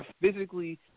physically